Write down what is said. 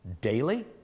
daily